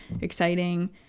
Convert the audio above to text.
exciting